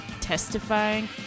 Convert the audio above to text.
testifying